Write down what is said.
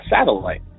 satellite